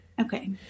Okay